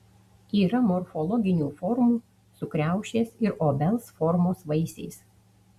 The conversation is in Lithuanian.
yra morfologinių formų su kriaušės ir obels formos vaisiais